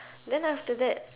then after that